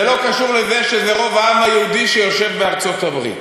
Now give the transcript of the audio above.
זה לא קשור לזה שרוב העם היהודי יושב בארצות-הברית,